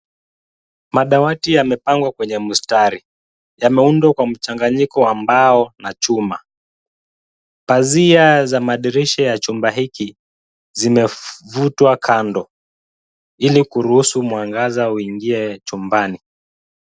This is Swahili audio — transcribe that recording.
Madawati yamepangwa kwenye mstari. Yameundwa kwa mchanganyiko wa mbao na chuma. Pazia za madirisha ya chumba hiki, zimevutwa kando, ili kuruhusu mwangaza uingie chumbani.